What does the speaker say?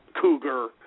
Cougar